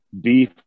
beef